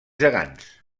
gegants